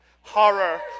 Horror